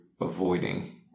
avoiding